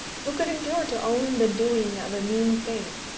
who could endure to own the doing of a mean thing?